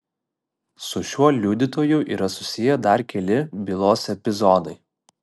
su šiuo liudytoju yra susiję dar keli bylos epizodai